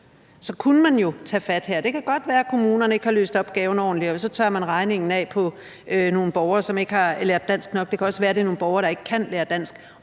kunne man jo tage fat på her. Det kan godt være, at kommunerne ikke har løst opgaven ordentligt, og så tørrer man regningen af på nogle borgere, som ikke har lært dansk nok – det kan også være, det er nogle borgere, som ikke kan lære dansk.